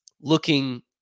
looking